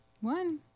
One